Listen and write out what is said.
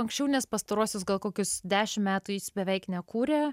anksčiau nes pastaruosius gal kokius dešim metų jis beveik nekūrė